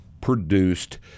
produced